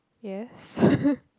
yes